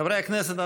חברי הכנסת,